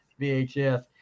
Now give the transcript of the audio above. VHS